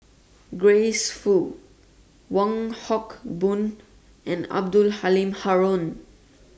Grace Fu Wong Hock Boon and Abdul Halim Haron